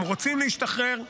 הם רוצים להשתחרר,